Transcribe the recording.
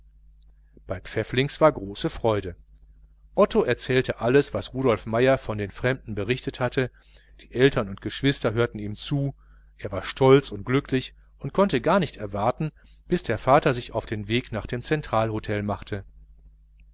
bei pfäfflings war große freude otto erzählte alles was rudolf meier von dem fremden berichtet hatte die eltern und geschwister hörten ihm zu er war stolz und glücklich und konnte gar nicht erwarten bis der vater sich auf den weg nach dem zentralhotel machte